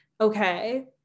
okay